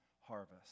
harvest